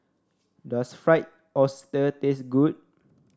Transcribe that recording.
does Fried Oyster taste good